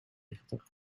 negentig